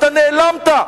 אתה נעלמת.